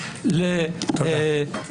תודה.